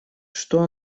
что